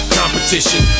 competition